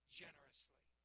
generously